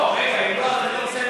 לא, רגע, אם לא, אז אני רוצה לדבר.